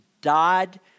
died